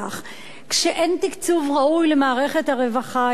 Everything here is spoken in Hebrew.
כשאין תקצוב ראוי למערכת הרווחה הישראלית,